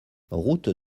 route